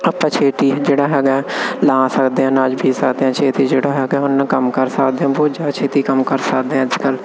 ਆਪਾਂ ਛੇਤੀ ਜਿਹੜਾ ਹੈਗਾ ਹੈ ਲਾ ਸਕਦੇ ਹਾਂ ਨਾਲ ਬੀਜ਼ ਸਕਦੇ ਹਾਂ ਛੇਤੀ ਜਿਹੜਾ ਹੈਗਾ ਉਹ ਨਾ ਕੰਮ ਕਰ ਸਕਦੇ ਹਾਂ ਬਹੁਤ ਜ਼ਿਆਦਾ ਛੇਤੀ ਕੰਮ ਕਰ ਸਕਦੇ ਹਾਂ ਅੱਜ ਕਲ੍ਹ